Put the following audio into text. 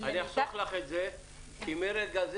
אני אחסוך לך את זה כי מרגע זה